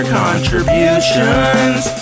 contributions